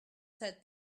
said